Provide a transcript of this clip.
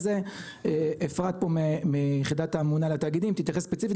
זה אפרת מיחידת הממונה על התאגידים תתייחס ספציפית